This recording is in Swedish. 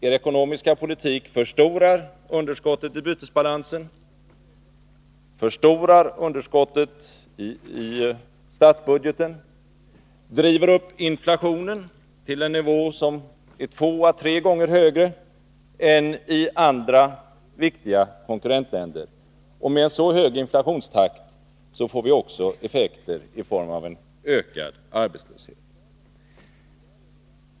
Er ekonomiska politik förstorar underskottet i bytesbalansen, förstorar underskottet i statsbudgeten, driver upp inflationen till en nivå som är två å tre gånger högre än i viktiga konkurrentländer. Med en så hög inflationstakt får vi också effekter i form av en ökad arbetslöshet.